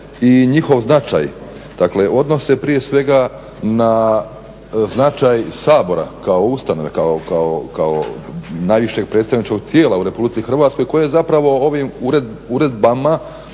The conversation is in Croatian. i njihov značaj odnose prije svega na značaj Sabora kao ustanove, kao najvišeg predstavničkog tijela u RH koje je zapravo ovim uredbama